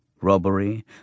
robbery